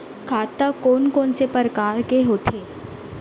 खाता कोन कोन से परकार के होथे?